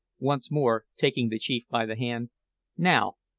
once more taking the chief by the hand now,